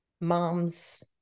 moms